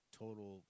total